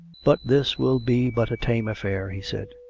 but this will be but a tame affair, he said.